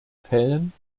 fällen